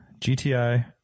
GTI